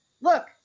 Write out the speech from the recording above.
look